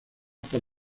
por